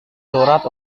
surat